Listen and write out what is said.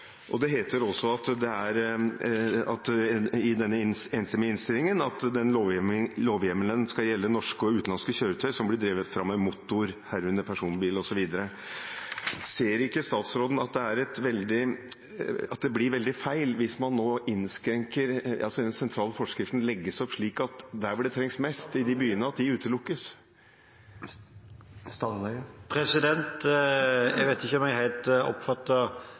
Det heter også i denne enstemmige innstillingen at «lovhjemmelen vil gjelde norske og utenlandske kjøretøy som blir drevet frem med motor, herunder personbil» osv. Ser ikke statsråden at det blir veldig feil hvis den sentrale forskriften legges opp slik at det der hvor det trengs mest, i byene, utelukkes? Jeg vet ikke om jeg helt